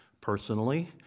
personally